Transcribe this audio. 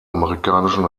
amerikanischen